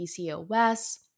PCOS